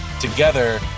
together